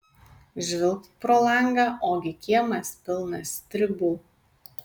žvilgt pro langą ogi kiemas pilnas stribų